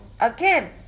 again